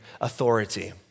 authority